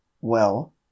Well